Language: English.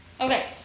Okay